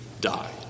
died